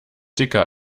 dicker